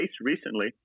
recently